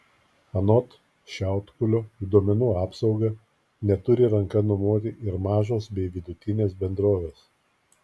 anot šiaudkulio į duomenų apsaugą neturi ranka numoti ir mažos bei vidutinės bendrovės